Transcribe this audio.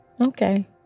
Okay